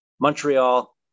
Montreal